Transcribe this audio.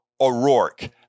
O'Rourke